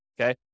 okay